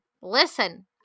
listen